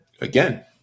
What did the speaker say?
Again